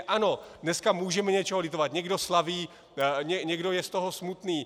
Ano, dneska můžeme něčeho litovat, někdo slaví, někdo je z toho smutný.